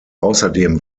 außerdem